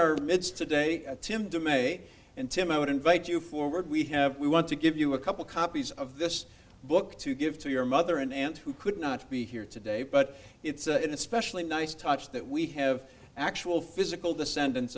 our midst today tim de may and tim i would invite you forward we have we want to give you a couple copies of this book to give to your mother and aunt who could not be here today but it's an especially nice touch that we have actual physical descendants